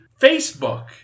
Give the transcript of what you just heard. Facebook